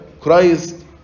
Christ